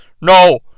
No